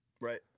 right